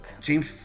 James